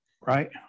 Right